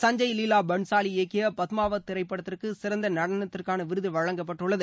சஞ்சுப் லீவா பன்சாலி இயக்கிய பத்மாவத் திரைப்படத்திற்கு சிறந்த நடனத்திற்கான விருது வழங்கப்பட்டுள்ளது